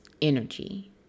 energy